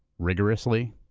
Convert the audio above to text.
rigorously,